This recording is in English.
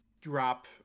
drop